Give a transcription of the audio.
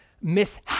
miss